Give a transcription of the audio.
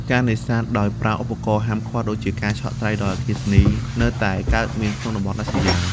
ការនេសាទដោយប្រើ ឧបករណ៍ហាមឃាត់ ដូចជាការឆក់ត្រីដោយអគ្គិសនីនៅតែកើតមានក្នុងតំបន់ដាច់ស្រយាល។